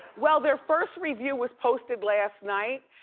well their first review was posted last night,